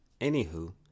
Anywho